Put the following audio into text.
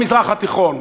במזרח התיכון.